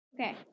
Okay